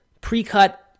pre-cut